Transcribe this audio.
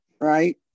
Right